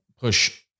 push